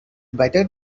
better